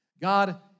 God